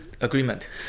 agreement